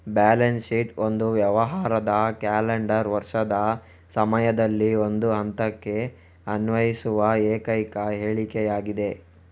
balance sheet ಒಂದು ವ್ಯವಹಾರದ calendar ವರ್ಷದ ಸಮಯದಲ್ಲಿ ಒಂದು ಹಂತಕ್ಕೆ ಅನ್ವಯಿಸುವ ಏಕೈಕ ಹೇಳಿಕೆಯಾಗಿದೆ